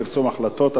פרסום החלטות),